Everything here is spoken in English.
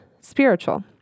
spiritual